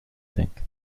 think